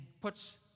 puts